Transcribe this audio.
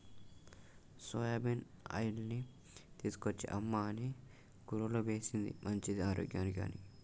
soybean ఆయిల్ని తీసుకొచ్చి అమ్మ అన్ని కూరల్లో వేశింది మంచిది ఆరోగ్యానికి అని